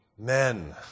Men